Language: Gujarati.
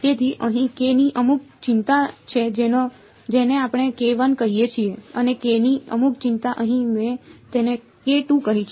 તેથી અહીં k ની અમુક કિંમત છે જેને આપણે કહીએ છીએ અને k ની અમુક કિંમત અહી મેં તેને કહી છે